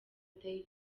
day